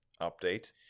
update